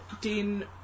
Dean